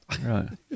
Right